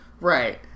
Right